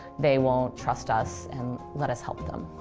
they won't trust us and let us help them.